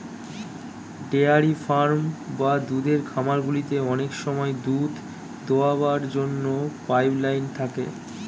dairy farm বা দুধের খামারগুলিতে অনেক সময় দুধ দোয়াবার জন্য পাইপ লাইন থাকে